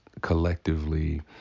collectively